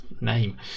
name